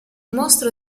mostro